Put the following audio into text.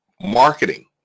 marketing